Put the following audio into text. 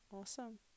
awesome